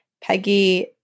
Peggy